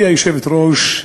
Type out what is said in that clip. גברתי היושבת-ראש,